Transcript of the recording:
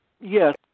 Yes